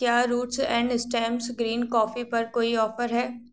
क्या roots and stems green coffee पर कोई ऑफ़र है